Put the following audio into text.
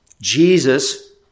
Jesus